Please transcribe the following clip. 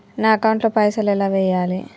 నా అకౌంట్ ల పైసల్ ఎలా వేయాలి?